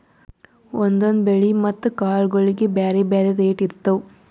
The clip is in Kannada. ಒಂದೊಂದ್ ಬೆಳಿ ಮತ್ತ್ ಕಾಳ್ಗೋಳಿಗ್ ಬ್ಯಾರೆ ಬ್ಯಾರೆ ರೇಟ್ ಇರ್ತವ್